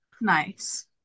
Nice